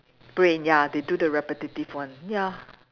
brain ya they do the repetitive one ya